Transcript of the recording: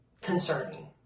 concerning